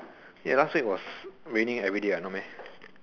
eh last week was raining everyday what no meh